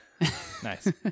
Nice